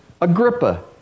Agrippa